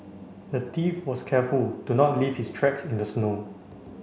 the thief was careful to not leave his tracks in the snow